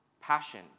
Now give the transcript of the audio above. passion